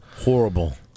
Horrible